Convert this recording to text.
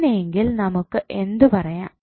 അങ്ങനെയെങ്കിൽ നമുക്ക് എന്തു പറയാം